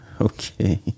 Okay